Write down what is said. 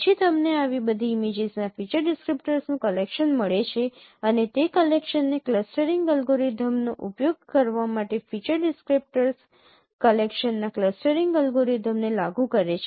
પછી તમને આવી બધી ઇમેજીસના ફીચર ડિસક્રીપ્ટર્સનું કલેક્શન મળે છે અને તે કલેક્શનને ક્લસ્ટરીંગ અલ્ગોરિધમનો ઉપયોગ કરવા માટે ફીચર ડિસક્રીપ્ટર્સ કલેક્શનના ક્લસ્ટરીંગ અલ્ગોરિધમને લાગુ કરે છે